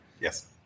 Yes